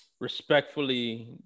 respectfully